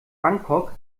bangkok